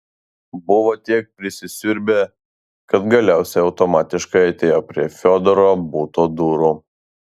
buvo tiek prisisiurbę kad galiausiai automatiškai atėjo prie fiodoro buto durų